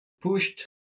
pushed